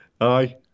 Aye